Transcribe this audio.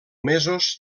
mesos